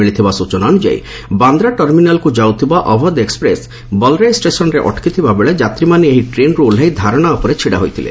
ମିଳିଥିବା ସୂଚନା ଅନୁଯାୟୀ ବାନ୍ଦ୍ରା ଟର୍ମିନାଲ୍କୁ ଯାଉଥିବା ଅବଧ୍ ଏକ୍ଟପ୍ରେସ୍ ବଲ୍ରାଇ ଷ୍ଟେସନ୍ଠାରେ ଅଟକି ଥିଲାବେଳେ ଯାତ୍ରୀମାନେ ଏହି ଟ୍ରେନ୍ରୁ ଓହ୍ଲାଇ ଧାରଣା ଉପରେ ଛିଡ଼ା ହୋଇଥିଲେ